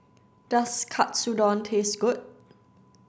does katsudon taste good